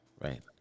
Right